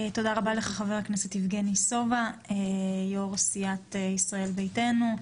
חבר הכנסת יבגני סובה יו"ר סיעת ישראל ביתנו.